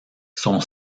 son